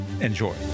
Enjoy